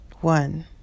One